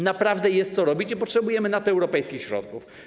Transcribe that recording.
Naprawdę jest co robić i potrzebujemy na to europejskich środków.